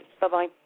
Bye-bye